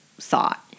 thought